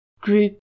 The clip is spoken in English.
group